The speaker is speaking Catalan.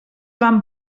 van